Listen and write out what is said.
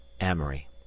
Amory